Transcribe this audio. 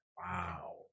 wow